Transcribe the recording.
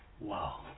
Wow